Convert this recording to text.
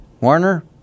Warner